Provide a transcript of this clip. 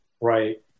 Right